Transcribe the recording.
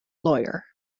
lawyer